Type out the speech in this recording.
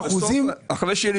חמשת האחוזים,